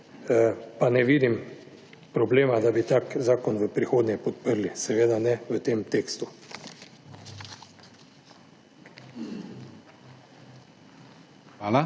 pa ne vidim problema, da bi tak zakon v prihodnje podprli, seveda ne v tem tekstu.